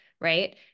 Right